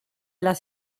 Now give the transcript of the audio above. las